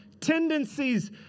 tendencies